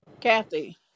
Kathy